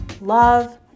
love